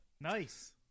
Nice